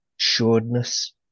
assuredness